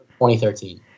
2013